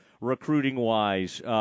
recruiting-wise